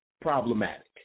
problematic